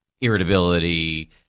irritability